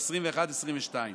2021 ו-2022.